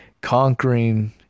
Conquering